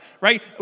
right